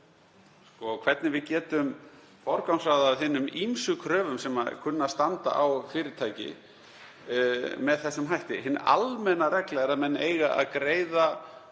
er hvernig við getum forgangsraðað hinum ýmsu kröfum sem kunna að standa á fyrirtæki með þessum hætti. Hin almenna regla er að menn eiga að greiða